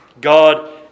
God